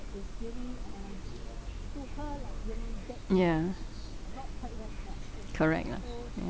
yeah correct ah ya